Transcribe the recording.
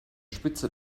spitze